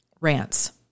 Rants